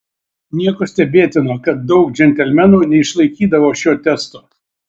nieko stebėtino kad daug džentelmenų neišlaikydavo šio testo